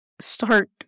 start